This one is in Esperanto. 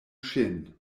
ŝin